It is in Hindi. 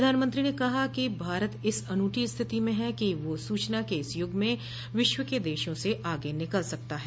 प्रधानमंत्री ने कहा है कि भारत इस अनूठी स्थिति में ह कि वह सूचना के इस युग में विश्व के देशों से आगे निकल सकता है